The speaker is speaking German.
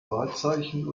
wahrzeichen